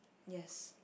yes